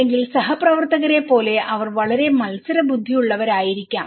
അല്ലെങ്കിൽ സഹപ്രവർത്തകരെ പോലെ അവർ വളരെ മത്സരബുദ്ധിയുള്ളവരായിരിക്കാം